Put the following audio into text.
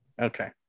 Okay